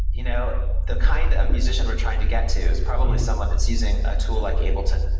you know the kind of musician we're trying to get to is probably someone that's using a tool like ableton.